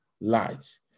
light